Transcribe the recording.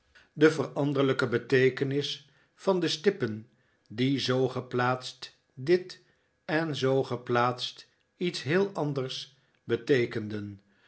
de veranderlijke beteekenis van de stippen die zoo geplaatst dit en zoo geplaatst heel iets anders beteekenden